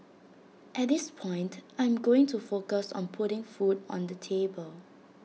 at this point I am going to focus on putting food on the table